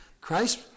Christ